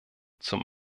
zum